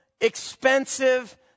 expensive